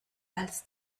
als